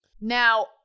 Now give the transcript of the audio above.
Now